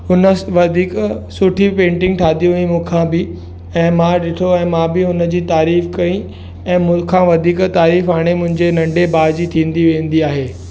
हुनि वधीकु सुठी पेंटिंग ठाही वई मूंखां बि ऐं मां ॾिठो ऐं मां बि हुनिजी तारीफ़ु कई ऐं मूंखां वधीकु तारीफ़ु हाणे मुंहिंजे नंडे भाउ जी थींदी वेंदी आहे